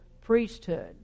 priesthood